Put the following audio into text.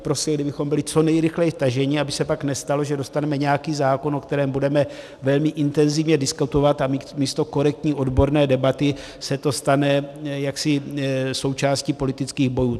Prosil bych, kdybychom byli co nejrychleji vtaženi, aby se pak nestalo, že dostaneme nějaký zákon, o kterém budeme velmi intenzivně diskutovat, a místo korektní odborné debaty se to stane součástí politických bojů.